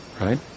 right